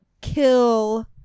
kill